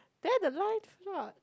there the line frog